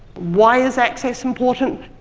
why is access important?